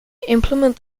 implement